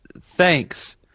Thanks